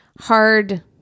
hard